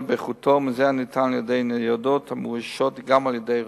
באיכותו מזה הניתן על-ידי ניידות המאוישות גם על-ידי רופאים.